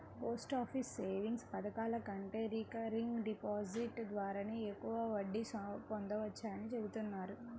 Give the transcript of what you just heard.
post office savings పథకాల కంటే recurring deposit ద్వారానే ఎక్కువ వడ్డీ పొందవచ్చని చెబుతున్నారు